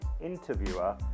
interviewer